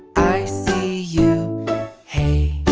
i see you hey,